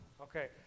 Okay